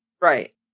Right